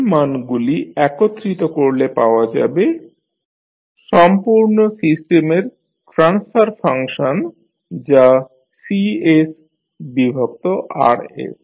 এই মানগুলি একত্রিত করলে পাওয়া যাবে সম্পূর্ণ সিস্টেমের ট্রান্সফার ফাংশন যা Cs বিভক্ত Rs